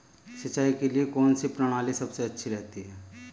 सिंचाई के लिए कौनसी प्रणाली सबसे अच्छी रहती है?